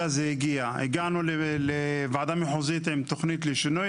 הגענו לוועדה מחוזית עם תוכנית לשינוי.